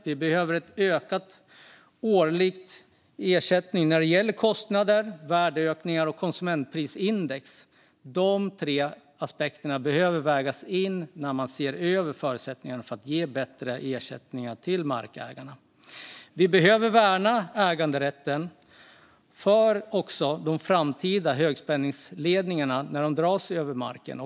Vi behöver ökade årliga ersättningar när det gäller kostnader, värdeökningar och konsumentprisindex. De tre aspekterna behöver vägas in när man ser över förutsättningarna för att ge bättre ersättningar till markägarna. Vi behöver värna äganderätten även när de framtida högspänningsledningarna dras över marken.